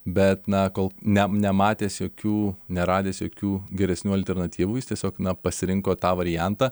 bet na kol ne nematęs jokių neradęs jokių geresnių alternatyvų jis tiesiog na pasirinko tą variantą